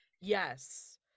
yes